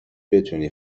بتونی